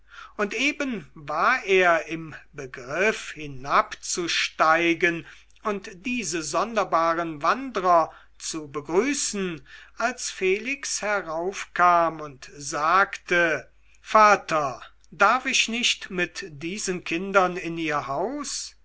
und eben war er im begriff hinabzusteigen und diese sonderbaren wandrer zu begrüßen als felix heraufkam und sagte vater darf ich nicht mit diesen kindern in ihr haus